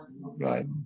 Right